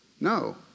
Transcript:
No